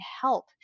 help